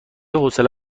حوصله